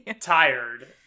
tired